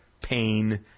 pain